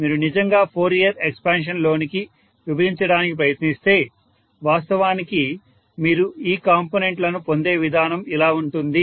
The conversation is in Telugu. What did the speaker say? మీరు నిజంగా ఫోరియర్ ఎక్స్పాన్షన్ లోనికి విభజించడానికి ప్రయత్నిస్తే వాస్తవానికి మీరు ఈ కాంపొనెంట్ లను పొందే విధానం ఇలా ఉంటుంది